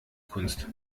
kunst